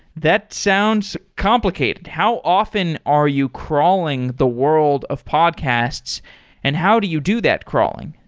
that sounds complicated. how often are you crawling the world of podcasts and how do you do that crawling?